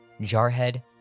Jarhead